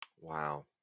Wow